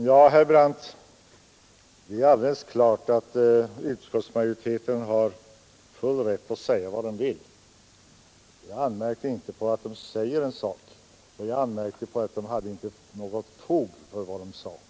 Fru talman! Det är alldeles klart, herr Brandt, att utskottsmajoriteten har full rätt att säga vad den vill. Jag anmärkte inte heller på att den säger en sak, utan jag anmärkte på att den inte hade något fog för vad den sagt.